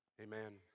Amen